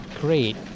Great